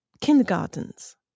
kindergartens